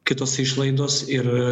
kitos išlaidos ir